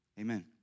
Amen